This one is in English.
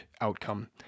outcome